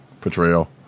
portrayal